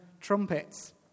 trumpets